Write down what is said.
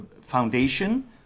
foundation